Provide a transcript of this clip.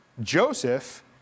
Joseph